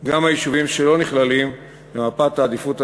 גם היישובים שלא נכללים במפת העדיפות הלאומית,